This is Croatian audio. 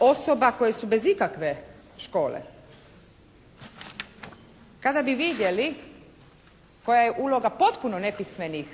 osoba koje su bez ikakve škole. Kada bi vidjeli koja je uloga potpuno nepismenih,